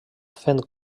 fent